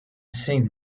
saint